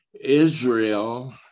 Israel